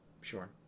sure